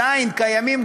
עדיין קיימים,